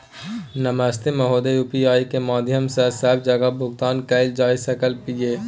नमस्ते महोदय, यु.पी.आई के माध्यम सं सब जगह भुगतान कैल जाए सकल ये?